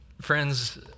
Friends